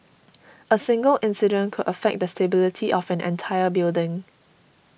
a single incident could affect the stability of an entire building